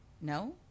No